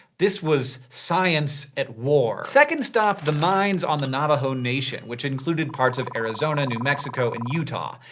this was science at war. second stop the mines on the navajo nation, which includes parts of arizona, new mexico, and utah.